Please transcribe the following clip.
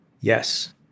Yes